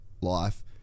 life